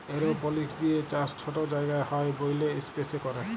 এরওপলিক্স দিঁয়ে চাষ ছট জায়গায় হ্যয় ব্যইলে ইস্পেসে ক্যরে